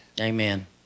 Amen